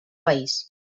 país